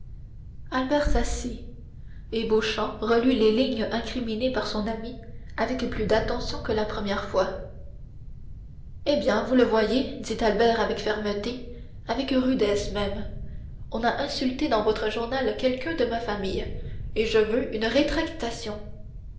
albert s'assit et beauchamp relut les lignes incriminées par son ami avec plus d'attention que la première fois eh bien vous le voyez dit albert avec fermeté avec rudesse même on a insulté dans votre journal quelqu'un de ma famille et je veux une rétractation